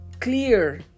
clear